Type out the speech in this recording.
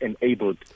enabled